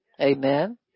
Amen